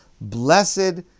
Blessed